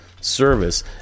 service